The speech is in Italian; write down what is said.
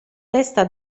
testa